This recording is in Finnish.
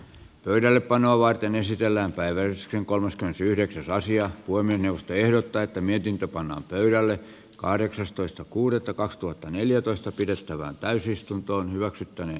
pöydällepanoa varten esitellään päivä riskin kolmaskymmenesyhdeksäs asia huimin johto ehdottaa että mietintö pannaan pöydälle kahdeksastoista kuudetta kaksituhattaneljätoista pidettävään täysistunto hyväksyttänee